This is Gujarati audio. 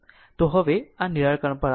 તો હવે આ નિરાકરણ પર આવો